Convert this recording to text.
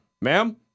ma'am